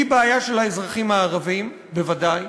היא בעיה של האזרחים הערבים, בוודאי,